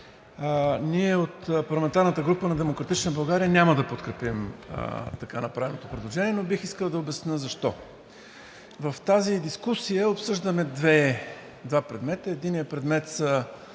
Ние от парламентарната група на „Демократична България“ няма да подкрепим така направеното предложение, но бих искал да обясня защо. В тази дискусия обсъждаме два предмета. Единият предмет са